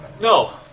No